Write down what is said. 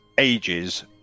ages